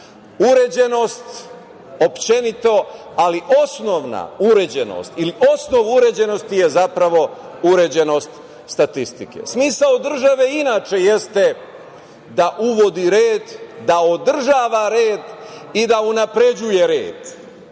uređenost uopšte, ali osnovna uređenost ili osnov uređenosti je zapravo uređenost statistike. Smisao države inače jeste da uvodi red, da održava red i da unapređuje red,